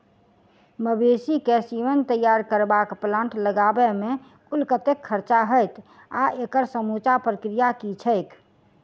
मवेसी केँ सीमन तैयार करबाक प्लांट लगाबै मे कुल कतेक खर्चा हएत आ एकड़ समूचा प्रक्रिया की छैक?